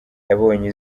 yabonye